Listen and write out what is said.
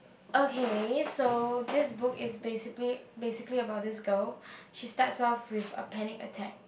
okay so this book is basically basically about this girl she starts off with a panic attack